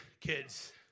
kids